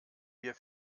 wir